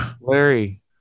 Larry